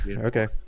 okay